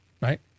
Right